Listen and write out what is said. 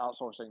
outsourcing